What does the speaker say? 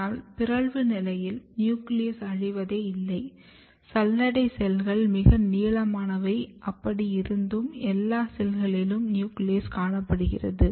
ஆனால் பிறழ்வு நிலையில் நியூக்ளியஸ் அழிவதே இல்லை சல்லடை செல்கள் மிக நீளமானவை அப்படி இருந்தும் எல்லா செல்களிலும் நியூக்ளியஸ் காணப்படுகிறது